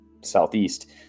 southeast